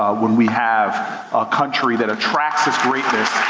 when we have a country that attracts its greatness,